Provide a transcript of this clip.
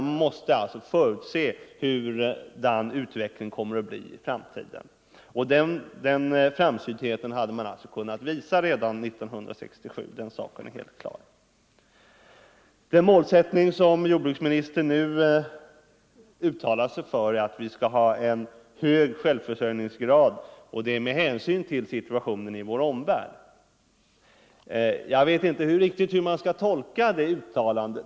Man måste förutse hur utvecklingen kommer att bli i framtiden. Den framsyntheten kunde man ha visat redan 1967. Den saken är helt klar. Den målsättning som jordbruksministern nu uttalar sig för är att Sverige skall ha en hög självförsörjningsgrad med hänsyn till situationen i vår omvärld. Jag vet inte riktigt hur man skall tolka detta uttalande.